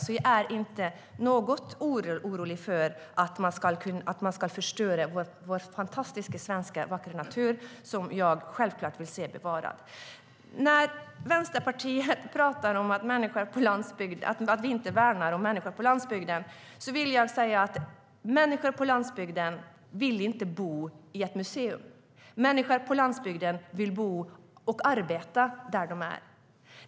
Jag är inte alls orolig för att man ska förstöra vår fantastiska svenska vackra natur, som jag självklart vill se bevarad. När Vänsterpartiet pratar om att vi inte skulle värna om människor på landsbygden vill jag säga att människor på landsbygden inte vill bo i ett museum. Människor på landsbygden vill bo och arbeta där de är.